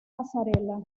pasarela